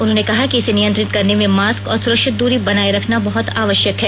उन्होंने कहा कि इसे नियंत्रित करने में मास्क और सुरक्षित दूरी बनाये रखना बहुत आवश्यक है